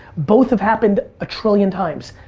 both have happened a trillion times.